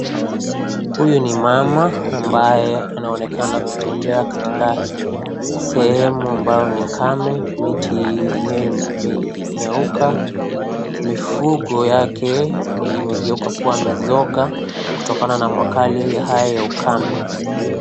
Huyu ni mama ambaye anaonekana kutembea katika sehemu ambayo ni kame, miti yenyewe imenyauka, mifugo yake imegeuka kuwa mizoga kutokana na makali haya ya ukame.